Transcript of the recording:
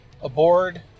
aboard